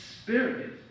Spirit